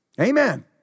Amen